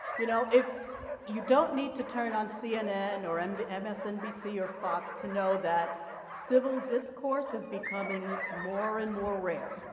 you know if you don't need to turn on c n n. or m b m s n b c or fox to know that civil discourse is becoming more and more rare